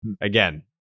again